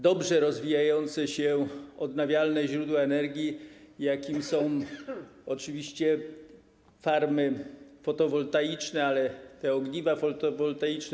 Dobrze rozwijające się odnawialne źródła energii, jakimi są oczywiście farmy fotowoltaiczne, ale te ogniwa fotowoltaiczne.